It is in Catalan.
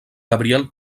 gabriel